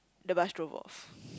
the bus drove off